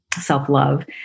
self-love